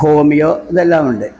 homeo ഇതെല്ലാമുണ്ട്